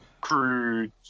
crude